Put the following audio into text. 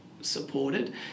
supported